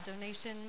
donation